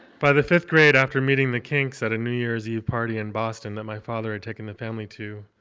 by the fifth grade, after meeting the kinks at a new year's eve party in boston that my father had taken the family to,